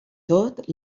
tot